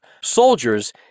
soldiers